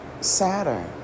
Saturn